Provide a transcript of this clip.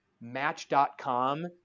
match.com